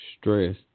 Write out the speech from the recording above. Stress